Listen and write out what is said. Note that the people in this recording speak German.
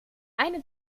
eine